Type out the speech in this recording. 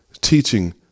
teaching